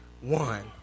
one